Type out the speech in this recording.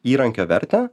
įrankio vertę